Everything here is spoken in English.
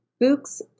books